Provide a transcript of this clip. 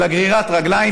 אלא בגרירת רגליים,